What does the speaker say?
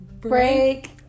Break